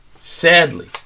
sadly